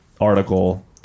article